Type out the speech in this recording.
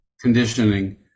conditioning